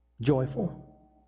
joyful